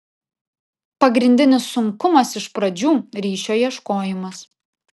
pagrindinis sunkumas iš pradžių ryšio ieškojimas